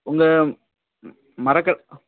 உங்கள் மரக்கடை